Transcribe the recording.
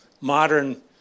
modern